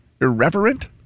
Irreverent